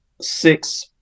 six